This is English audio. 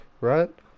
right